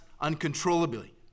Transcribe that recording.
uncontrollably